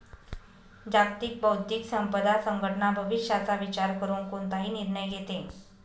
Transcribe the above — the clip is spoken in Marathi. जागतिक बौद्धिक संपदा संघटना भविष्याचा विचार करून कोणताही निर्णय घेते